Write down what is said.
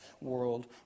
world